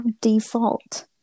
default